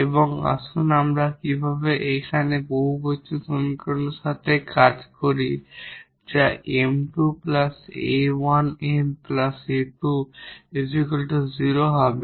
এবং এখন আসুন আমরা এখানে এই পলিনোমিয়াল সমীকরণের সাথে কাজ করি যা 𝑚2 𝑎1𝑚 𝑎2 0 হবে